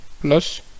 plus